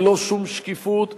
ללא שום שקיפות,